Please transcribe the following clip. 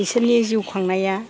बिसोरनि जिउ खांनाया